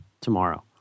tomorrow